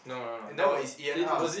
no it's Ian house